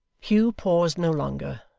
hugh paused no longer,